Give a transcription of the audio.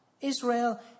Israel